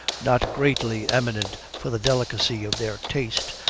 not greatly eminent for the delicacy of their taste,